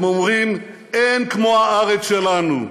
הם אומרים: אין כמו הארץ שלנו.